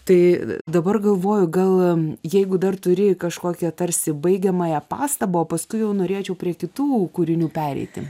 tai dabar galvoju gal jeigu dar turi kažkokią tarsi baigiamąją pastabą paskui jau norėčiau prie kitų kūrinių pereiti